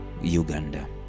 Uganda